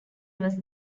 was